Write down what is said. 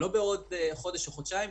לא בעוד חודש או חודשיים,